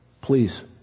Please